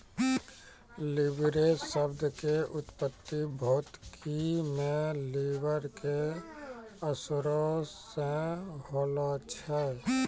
leverage शब्द के उत्पत्ति भौतिकी मे लिवर के असरो से होलो छै